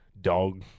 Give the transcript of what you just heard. dog